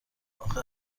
اخه